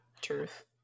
truth